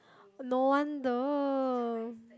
no wonder